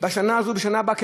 בשנה הזאת ובשנה הבאה,